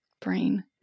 Brain